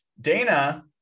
Dana